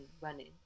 running